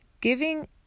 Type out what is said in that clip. giving